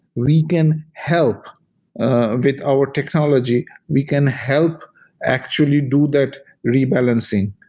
we can help ah with our technology. we can help actually do that rebalancing,